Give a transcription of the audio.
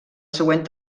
següent